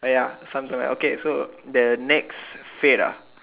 !aiya! something like that okay so the next fad ah